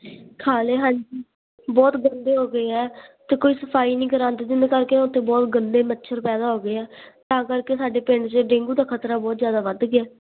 ਖਾਲੇ ਹਾਂਜੀ ਬਹੁਤ ਗੰਦੇ ਹੋ ਗਏ ਆ ਅਤੇ ਕੋਈ ਸਫਾਈ ਨਹੀਂ ਕਰਾਉਂਦੇ ਜਿਹਦੇ ਕਰਕੇ ਉਥੇ ਬਹੁਤ ਗੰਦੇ ਮੱਛਰ ਪੈਦਾ ਹੋ ਗਏ ਆ ਤਾਂ ਕਰਕੇ ਸਾਡੇ ਪਿੰਡ 'ਚ ਡੇਂਗੂ ਦਾ ਖ਼ਤਰਾ ਬਹੁਤ ਜਿਆਦਾ ਵੱਧ ਗਿਆ